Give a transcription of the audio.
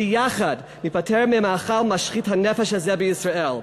ויחד ניפטר מהמאכל משחית הנפש הזה בישראל.